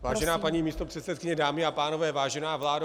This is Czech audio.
Vážená paní místopředsedkyně, dámy a pánové, vážená vládo.